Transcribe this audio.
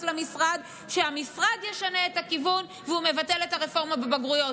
למשרד שהמשרד ישנה את הכיוון ושהוא מבטל את הרפורמה בבגרויות.